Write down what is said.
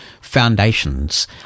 Foundations